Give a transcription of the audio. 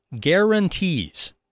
guarantees